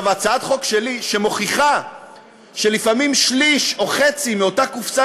הצעת החוק שלי מוכיחה שלפעמים שליש או חצי מאותה קופסה